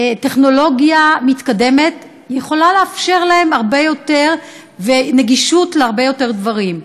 ובטכנולוגיה מתקדמת יכול לאפשר להם הרבה יותר נגישות להרבה יותר דברים.